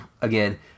again